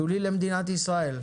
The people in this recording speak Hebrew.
שולי למדינת ישראל?